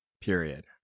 period